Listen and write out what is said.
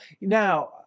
now